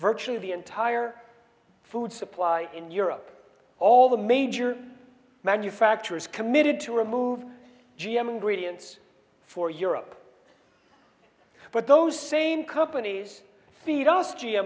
virtually the entire food supply in europe all the major manufacturers committed to remove g m gradients for europe but those same companies feed us